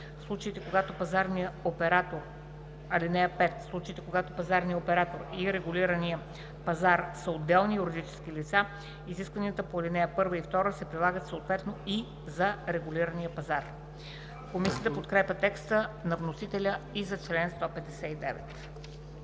В случаите, когато пазарният оператор и регулираният пазар са отделни юридически лица, изискванията по ал. 1 и 2 се прилагат съответно и за регулирания пазар.” Комисията подкрепя текста на вносителя за чл. 159.